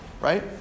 right